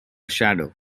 shadow